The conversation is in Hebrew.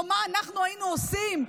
מה אנחנו היינו עושים,